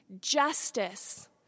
Justice